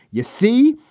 you see.